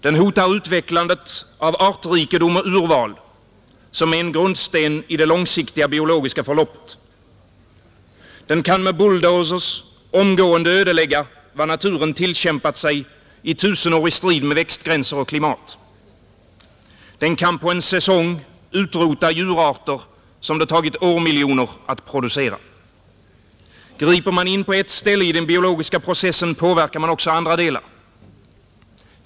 Den hotar utvecklandet av artrikedom och urval, som är en grundsten i det långsiktiga biologiska förloppet. Den kan med bulldozers omgående ödelägga vad naturen tillkämpat sig i tusenårig strid med växtgränser och klimat. Den kan på en säsong utrota djurarter som det tagit årmiljoner att producera. Griper man in på ett ställe i den biologiska processen, påverkar man också andra delar.